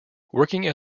working